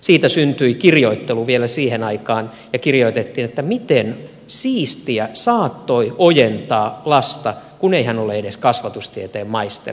siitä syntyi kirjoittelu vielä siihen aikaan ja kirjoitettiin miten siistijä saattoi ojentaa lasta kun ei hän ole edes kasvatustieteen maisteri